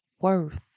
worth